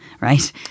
Right